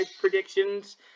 predictions